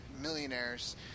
millionaires